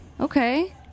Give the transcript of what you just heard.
Okay